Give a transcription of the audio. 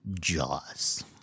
Jaws